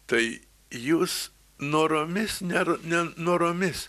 tai jūs noromis ar nenoromis